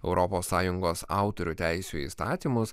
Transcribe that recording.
europos sąjungos autorių teisių įstatymus